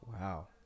Wow